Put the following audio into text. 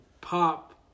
Pop